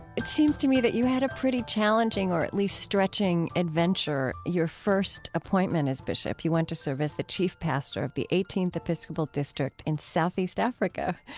it seems to me that you had a pretty challenging or at least stretching adventure your first appointment as bishop. you went to serve as the chief pastor of the eighteenth episcopal district in southeast africa,